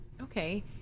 Okay